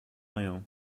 rien